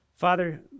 Father